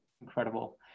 incredible